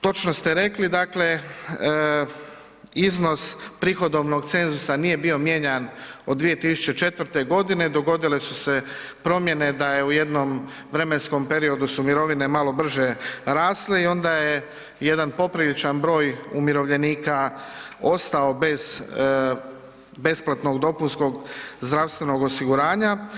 Točno ste rekli, dakle, iznos prihodovnog cenzusa nije bio mijenjan od 2004. g., dogodile su se promjene da je u jednom vremenskom periodu su mirovine malo brže rasle i onda je jedan popriličan broj umirovljenika ostao bez besplatnog dopunskog zdravstvenog osiguranja.